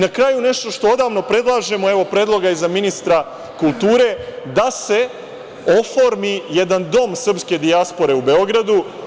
Na kraju nešto što odavno predlažemo, evo predloga i za ministra kulture, da se oformi jedan dom srpske dijaspore u Beogradu.